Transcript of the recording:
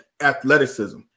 athleticism